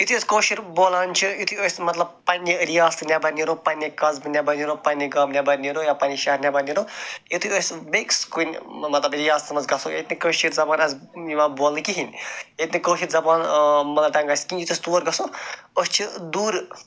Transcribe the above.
یُتھٕے أسۍ کٲشُر بولان چھِ یُتھٕے أسۍ مطلب پَننہِ رِیاستہٕ نیٚبَر نیرو پَننہِ قصبہٕ نیٚبَر نیرو پَننہِ گامہٕ نیٚبَر نیرَو یا پَننہِ شہر نیٚبَر نیٚرو یُتھٕے أسۍ بیٚیِس کُنہِ مطلب رِیاستَس منٛز گژھو ییٚتہِ نہٕ کٲشِر زبان آسہِ یِوان بولنہٕ کِہیٖنۍ ییٚتہِ نہٕ کٲشِر زبان ٲں مدَر ٹنٛگ آسہِ کِہیٖنۍ یُتھ أسۍ تور گژھو أسۍ چھِ دوٗرٕ